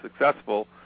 successful